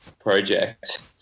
project